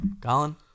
Colin